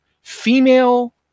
female